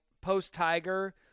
post-Tiger –